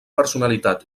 personalitat